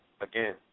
Again